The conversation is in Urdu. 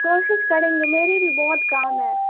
کوشش کریں گے میری بھی بہت کام ہے